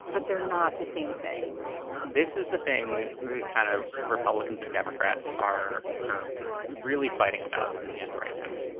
but they're not the same thing this is the thing we kind of republicans and democrats are really fighting about in the end right now.